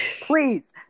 Please